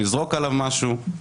לזרוק עליו משהו.